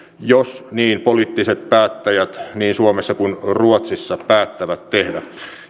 jos poliittiset päättäjät niin suomessa kuin ruotsissa niin päättävät tehdä